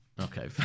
okay